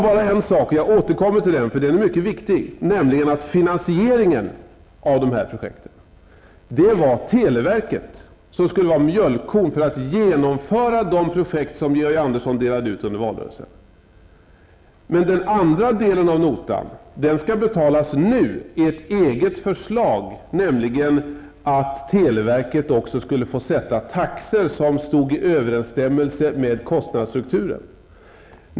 Jag vill återkomma till en sak, nämligen att finansieringen av de projekt som Georg Andersson delade ut under valrörelsen skulle ske genom televerket som mjölkko. Den andra delen av notan skall nu betalas enligt ett annat förslag, nämligen genom att televerket får sätta taxor som står i överensstämmelse med kostnadsstrukturen.